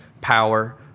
power